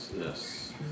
Yes